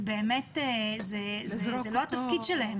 זה לא התפקיד שלהם.